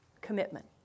commitment